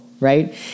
Right